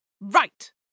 Right